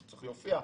אז הוא צריך להופיע.